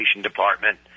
department